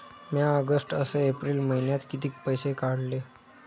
म्या ऑगस्ट अस एप्रिल मइन्यात कितीक पैसे काढले?